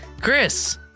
Chris